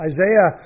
Isaiah